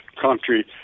country